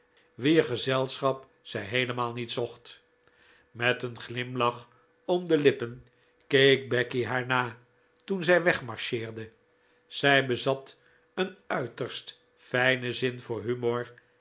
wier gezelschap zij heelemaal niet zocht met een glimlach om de lippen keek becky haar na toen zij wegmarcheerde zij bezat een uiterst fijnen zin voor humor